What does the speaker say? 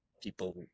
people